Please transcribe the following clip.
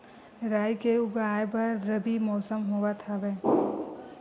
राई के उगाए बर रबी मौसम होवत हवय?